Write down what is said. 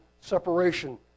separation